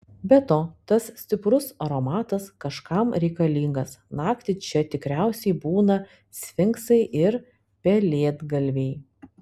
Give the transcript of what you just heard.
be to tas stiprus aromatas kažkam reikalingas naktį čia tikriausiai būna sfinksai ir pelėdgalviai